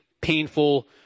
painful